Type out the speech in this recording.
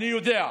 אני יודע,